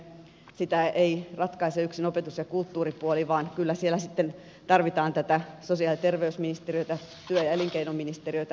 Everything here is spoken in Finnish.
sitä ei ratkaise yksin opetus ja kulttuuripuoli vaan kyllä siellä sitten tarvitaan sosiaali ja terveysministeriötä työ ja elinkeinoministeriötä